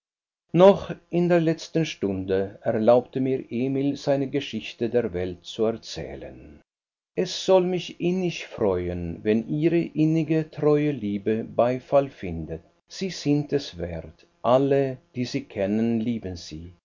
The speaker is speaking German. noch in der letzten stunde erlaubte mir emil seine geschichte der welt zu erzählen es soll mich innig freuen wenn ihre innige treue liebe beifall findet sie sind es wert alle die sie kennen lieben sie